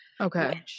Okay